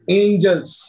angels